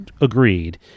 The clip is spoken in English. Agreed